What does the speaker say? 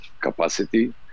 capacity